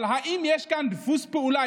אבל האם יש כאן דפוס פעולה,